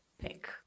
pick